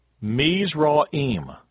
Mizraim